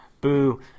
Boo